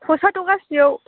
पस्टआथ' गासिआव